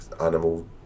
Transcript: animal